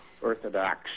orthodox